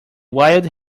wild